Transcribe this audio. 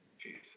Jesus